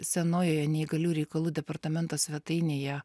senojoje neįgalių reikalų departamento svetainėje